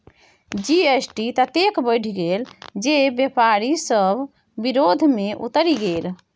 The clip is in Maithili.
जी.एस.टी ततेक बढ़ि गेल जे बेपारी सभ विरोध मे उतरि गेल